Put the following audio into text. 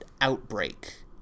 outbreak